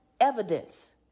evidence